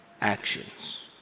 actions